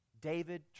David